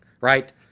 right